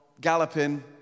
galloping